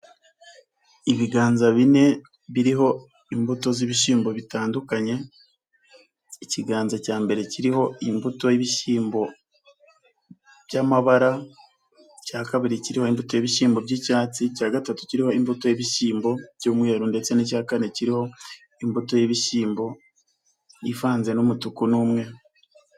Ibiganza bine biriho imbuto z'ibishyimbo bitandukanye, ikiganza cya mbere kiriho imbuto y'ibishyimbo by'amabara, icya kabiri kiriho imbuto y'ibishyimbo by'icyatsi, icya gatatu kiriho imbuto y'ibishyimbo by'umweru ndetse n'icya kane kiriho imbuto y'ibishyimbo ivanze n'umutuku n'umweru.